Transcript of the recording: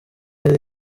yari